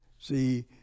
See